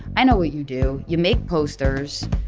i know what you do. you make posters.